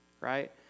right